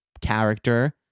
character